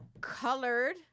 colored